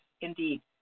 indeed